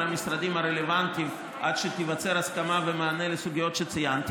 המשרדים הרלוונטיים עד שתיווצר הסכמה ויהיה מענה על סוגיות שציינתי,